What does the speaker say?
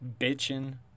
bitching